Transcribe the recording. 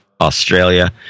Australia